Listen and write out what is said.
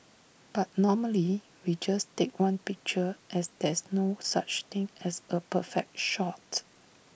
but normally we just take one picture as there's no such thing as A perfect shot